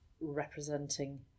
representing